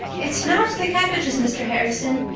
it's not the cabbages, mr. harrison.